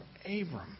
Abram